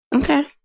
Okay